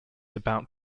about